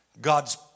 God's